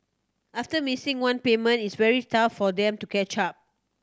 after missing one payment it's very tough for them to catch up